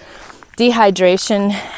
dehydration